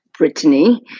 Brittany